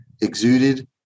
exuded